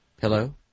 Hello